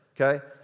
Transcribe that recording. okay